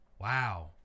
wow